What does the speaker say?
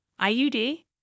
IUD